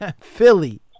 philly